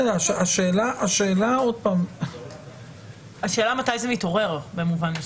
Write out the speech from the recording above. במובן מסוים השאלה מתי זה מתעורר.